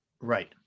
Right